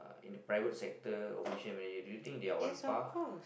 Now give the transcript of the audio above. in the private sector operation manager do you think they on par